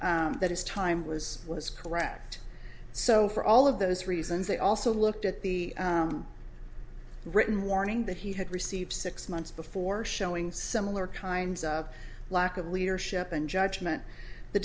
that his time was was correct so for all of those reasons they also looked at the written warning that he had received six months before showing similar kinds of lack of leadership and judgment the